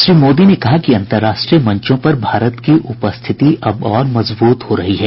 श्री मोदी ने कहा कि अंतर्राष्ट्रीय मंचों पर भारत की उपस्थिति अब और मजबूत हो रही है